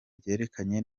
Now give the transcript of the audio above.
byerekeranye